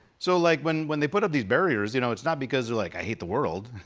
so like, when when they put up these barriers, you know it's not because they're like, i hate the world.